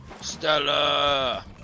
Stella